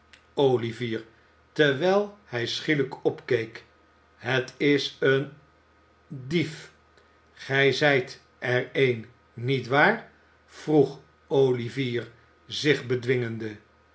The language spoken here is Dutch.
olivier terwijl hij schielijk opkeek het is een j d f gij zijt er een niet waar vroeg olivier zich bedwingende